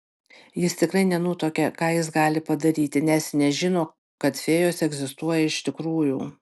jis tikrai nenutuokė ką jis gali padaryti nes nežino kad fėjos egzistuoja iš tikrųjų